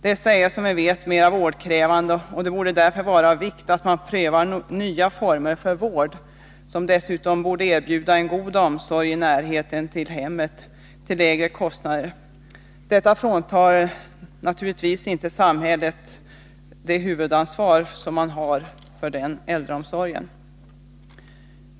Dessa är som vi vet mera vårdkrävande, och det borde därför vara av vikt att man prövar nya former för vård, som dessutom borde erbjuda en god omsorg i närhet av hemmet till lägre kostnader. Detta fritar ej samhället från huvudansvaret för äldreomsorgen.